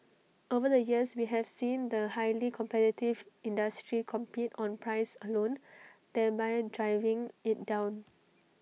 over the years we have seen the highly competitive industry compete on price alone thereby driving IT down